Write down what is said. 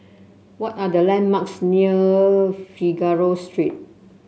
what are the landmarks near Figaro Street